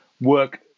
work